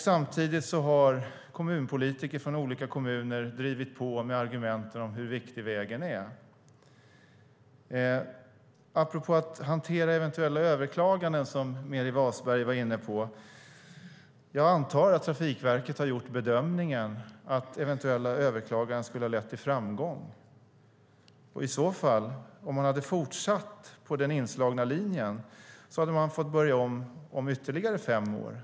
Samtidigt har kommunpolitiker från olika kommuner drivit på med argument om hur viktig vägen är. Apropå att hantera eventuella överklaganden, som Meeri Wasberg var inne på, antar jag att Trafikverket har gjort bedömningen att eventuella överklaganden skulle ha lett till framgång. Om man hade fortsatt på den inslagna linjen hade man i så fall fått börja om efter ytterligare fem år.